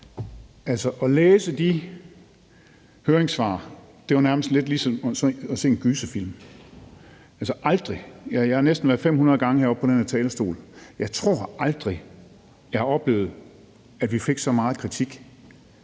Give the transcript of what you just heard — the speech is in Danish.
At læse de høringssvar er jo nærmest ligesom at se en gyserfilm. Jeg har næsten været 500 gange oppe på den her talerstol, og jeg tror aldrig, jeg har oplevet, at vi har fået så meget kritik